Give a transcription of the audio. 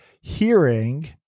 hearing